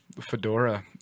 Fedora